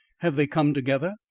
have they come together?